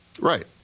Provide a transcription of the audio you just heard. Right